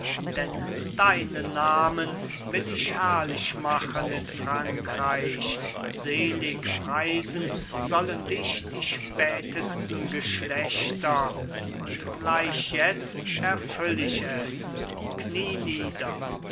denn deinen namen will ich herrlich machen in frankreich selig preisen sollen dich die spätesten geschlechter und gleich jetzt erfüll ich es knie nieder